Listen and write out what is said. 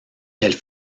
elle